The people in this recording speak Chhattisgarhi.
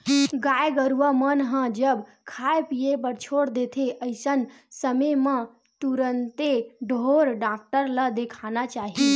गाय गरुवा मन ह जब खाय पीए बर छोड़ देथे अइसन समे म तुरते ढ़ोर डॉक्टर ल देखाना चाही